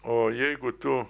o jeigu tu